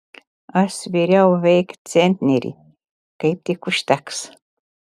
aš svėriau veik centnerį kaip tik užteks